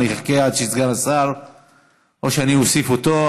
אני אחכה עד שסגן השר, או שאני אוסיף אותו.